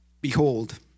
Behold